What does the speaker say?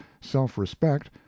self-respect